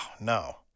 no